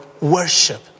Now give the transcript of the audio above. worship